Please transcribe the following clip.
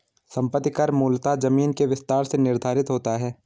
संपत्ति कर मूलतः जमीन के विस्तार से निर्धारित होता है